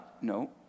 no